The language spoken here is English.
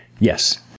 Yes